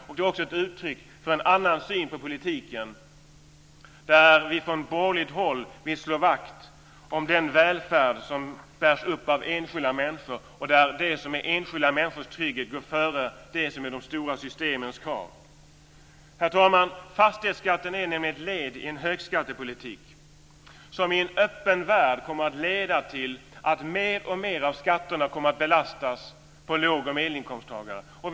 Den är också ett uttryck för en annan syn på politiken, där vi från borgerligt håll vill slå vakt om den välfärd som bärs upp av enskilda människor och där enskilda människors trygghet går före de stora systemens krav. Herr talman! Fastighetsskatten är nämligen ett led i en högskattepolitik som i en öppen värld kommer att leda till att mer och mer av skatterna kommer att belasta låg och medelinkomsttagarna.